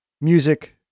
music